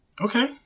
Okay